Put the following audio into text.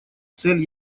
цель